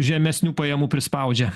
žemesnių pajamų prispaudžia